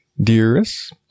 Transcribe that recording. dearest